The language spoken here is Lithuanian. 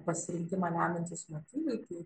pasirinkimą lemiantys motyvai